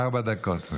ארבע דקות.